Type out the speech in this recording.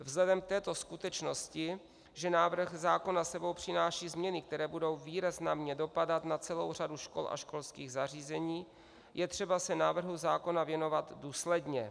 Vzhledem k této skutečnosti, že návrh zákona s sebou přináší změny, které budou výrazně dopadat na celou řadu škol a školských zařízení, je třeba se návrhu zákona věnovat důsledně.